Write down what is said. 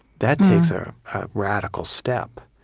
that takes a radical step,